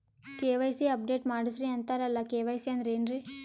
KYC update ಮಾಡಸ್ರೀ ಅಂತರಲ್ಲ K Y C ಅಂದ್ರ ಏನ್ರೀ?